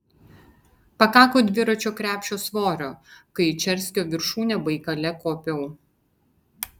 pakako dviračio krepšio svorio kai į čerskio viršūnę baikale kopiau